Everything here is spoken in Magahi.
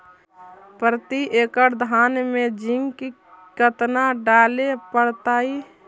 प्रती एकड़ धान मे जिंक कतना डाले पड़ताई?